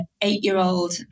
eight-year-old